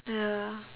ya